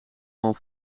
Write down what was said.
man